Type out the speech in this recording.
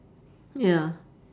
ya